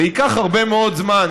זה ייקח הרבה מאוד זמן.